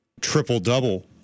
triple-double